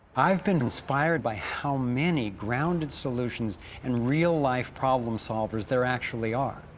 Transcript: i've been inspired by how many grounded solutions and real life problem solvers there actually are.